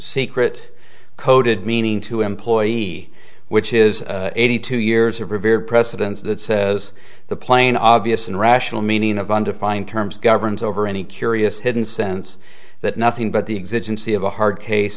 secret coded meaning to employee which is eighty two years of revere precedence that says the plane obvious and rational meaning of undefined terms governs over any curious hidden sense that nothing but the existence of a hard case